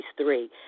three